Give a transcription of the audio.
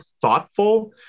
thoughtful